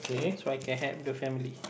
so I can help the family